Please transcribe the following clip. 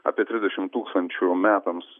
apie trisdešim tūkstančių metams